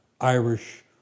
Irish